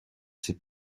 ses